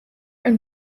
een